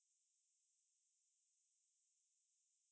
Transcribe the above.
not at all ya I'm an introverted guy